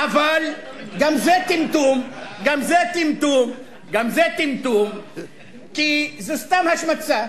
אבל גם זה טמטום, כי זו סתם השמצה.